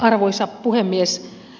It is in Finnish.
arvoisa puhemies